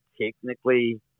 technically